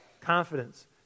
confidence